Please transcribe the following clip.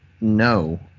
No